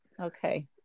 Okay